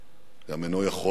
גם אינו יכול להרפות.